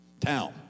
town